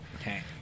Okay